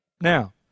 Now